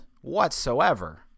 whatsoever